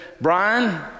Brian